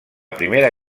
primera